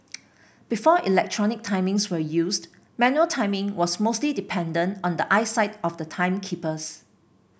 before electronic timings were used manual timing was mostly dependent on the eyesight of the timekeepers